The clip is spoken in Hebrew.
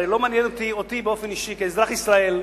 הרי לא מעניין אותי באופן אישי, כאזרח ישראל,